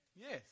Yes